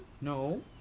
No